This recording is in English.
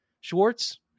Schwartz